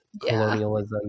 Colonialism